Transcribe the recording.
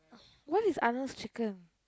what is Arnold's Chicken